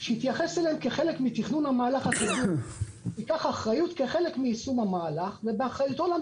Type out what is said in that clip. בכל מקום מתוקן מי שמבקש מהלך שיש לו משמעויות,